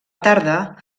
tarda